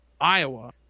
iowa